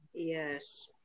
Yes